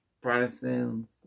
Protestant